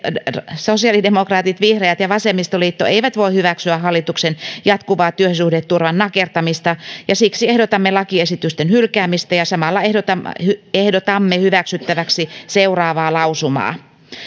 sosiaalidemokraatit vihreät ja vasemmistoliitto eivät voi hyväksyä hallituksen jatkuvaa työsuhdeturvan nakertamista ja siksi ehdotamme lakiesitysten hylkäämistä samalla ehdotamme ehdotamme hyväksyttäväksi lausumaa